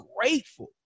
grateful